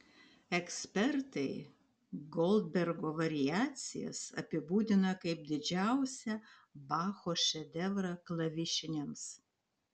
ekspertai goldbergo variacijas apibūdina kaip didžiausią bacho šedevrą klavišiniams